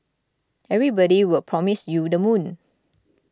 everybody will promise you the moon